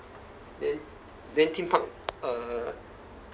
then then theme park uh